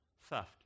theft